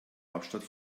hauptstadt